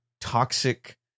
toxic